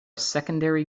secondary